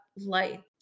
light